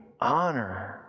honor